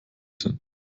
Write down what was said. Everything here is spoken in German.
sind